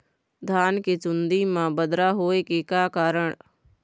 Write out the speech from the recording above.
धान के चुन्दी मा बदरा होय के का कारण?